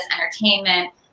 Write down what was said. entertainment